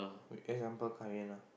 wait example Kai-Yan ah